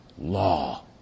law